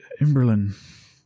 Imberlin